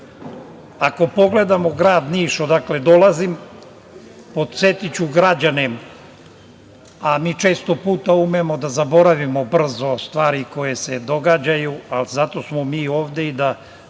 pogledamo grad Niš, odakle dolazim, podsetiću građane, a mi često umemo brzo da zaboravimo stvari koje se događaju, ali smo zato mi ovde i da